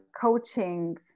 coaching